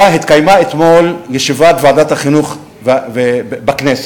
התקיימה אתמול ישיבת ועדת החינוך בכנסת,